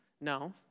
No